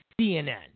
CNN